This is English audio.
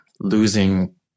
losing